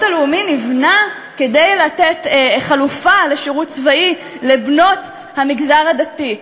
נבנה כדי לתת חלופה לשירות צבאי לבנות המגזר הדתי.